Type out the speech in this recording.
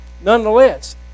nonetheless